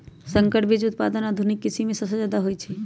संकर बीज उत्पादन आधुनिक कृषि में सबसे जादे होई छई